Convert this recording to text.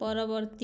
ପରବର୍ତ୍ତୀ